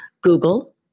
Google